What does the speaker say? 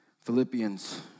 Philippians